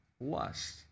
lust